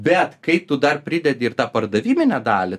bet kai tu dar pridedi ir tą pardaviminę dalį